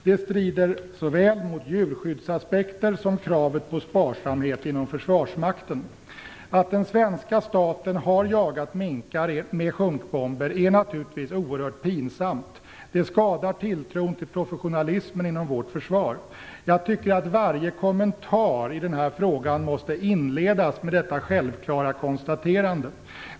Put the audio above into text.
Det strider såväl mot djurskyddsaspekter som på kravet på sparsamhet inom försvarsmakten. Att den svenska staten har jagat minkar med sjunkbomber är naturligtvis oerhört pinsamt. Det skadar tilltron till professionalismen inom vårt försvar. Jag tycker att varje kommentar i frågan måste inledas med detta självklara konstaterande.